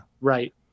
Right